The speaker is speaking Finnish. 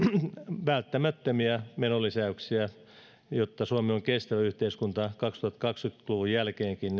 välttämättömiä menonlisäyksiä toteutettua jotta suomi on kestävä yhteiskunta kaksituhattakaksikymmentä luvun jälkeenkin